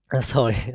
sorry